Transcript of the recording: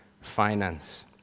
finance